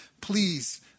please